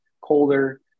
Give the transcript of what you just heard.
colder